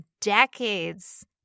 decades